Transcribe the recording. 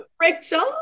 Rachel